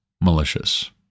malicious